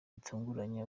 bitunguranye